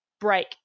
break